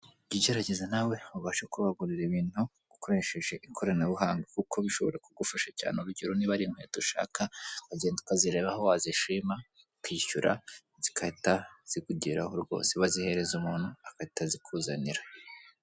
Jya ugerageza nawe ubashe kuba wagurira ibintu ukoresheje ikoranabuhanga kuko bishobora kugufasha cyane urugero niba ari inkweto ushaka agenda ukazireba aho wazishima ukishyura zigahita zikugeraho rwose bazihereza umuntu akatazikuzanira.